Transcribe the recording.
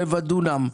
רבע דונם,